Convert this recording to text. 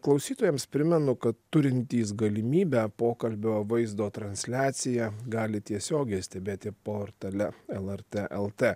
klausytojams primenu kad turintys galimybę pokalbio vaizdo transliaciją gali tiesiogiai stebėti portale lrt lt